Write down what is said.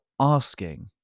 asking